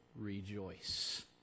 rejoice